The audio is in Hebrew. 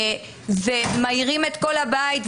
מעירים את כל הבית,